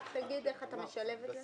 תגיד איך אתה משלב את זה.